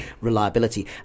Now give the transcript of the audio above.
reliability